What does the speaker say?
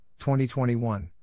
2021